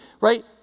right